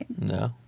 no